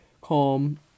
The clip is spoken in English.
calm